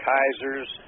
Kaisers